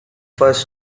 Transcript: first